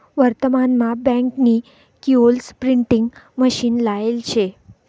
वर्तमान मा बँक नी किओस्क प्रिंटिंग मशीन लायेल शे